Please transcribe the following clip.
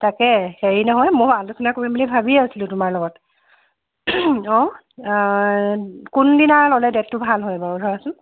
তাকে হেৰি নহয় মই আলোচনা কৰিম বুলি ভাবি আছিলোঁ তোমাৰ লগত অ কোনদিনা ল'লে দেটটো ভাল হয় বাৰু ধৰাচোন